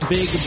Big